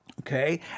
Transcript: okay